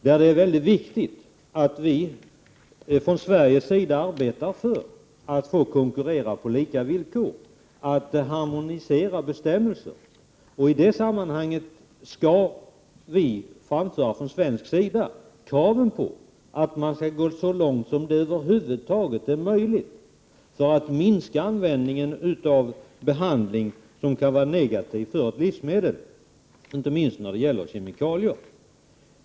Det är därvid mycket viktigt att vi från Sveriges sida arbetar för att få konkurrera på lika villkor, arbetar för att harmonisera bestämmelser. I det sammanhanget skall vi från svensk sida framföra kravet på att man skall gå så långt som det över huvud taget är möjligt för att minska användningen av behandling som kan vara negativ för livsmedel, inte minst behandling med kemikalier.